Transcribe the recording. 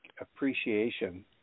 appreciation